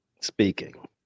speaking